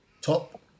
top